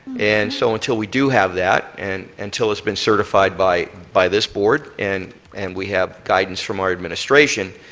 and so until we do have that and until it has been certified by by this board and and we have guidance from our administration,